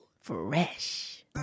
Fresh